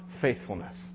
faithfulness